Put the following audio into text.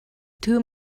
too